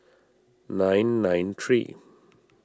nine nine three